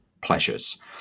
pleasures